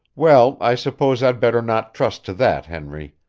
well, i suppose i'd better not trust to that, henry.